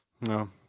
No